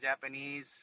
Japanese